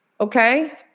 okay